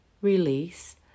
release